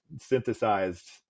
synthesized